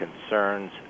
concerns